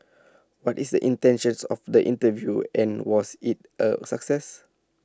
what is the intentions of the interview and was IT A success